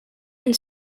and